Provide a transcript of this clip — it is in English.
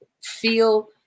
feel